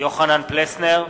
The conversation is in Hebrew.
יוחנן פלסנר,